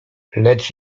lecz